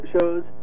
shows